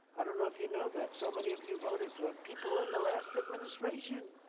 i don't know if you know that. so many of you voted for people in the last administration.